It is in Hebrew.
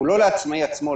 הוא לא לעצמאי עצמו,